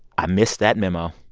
i missed that memo.